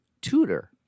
tutor